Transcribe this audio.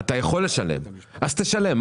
אתה יכול לשלם - אז תשלם.